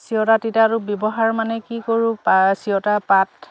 চিৰতা তিতাটো ব্যৱহাৰ মানে কি কৰোঁ চিৰতা পাত